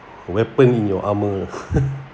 weapon in your armor